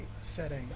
setting